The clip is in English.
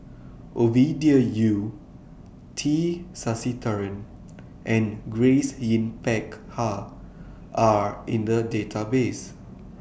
Ovidia Yu T Sasitharan and Grace Yin Peck Ha Are in The Database